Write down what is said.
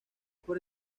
por